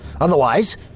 Otherwise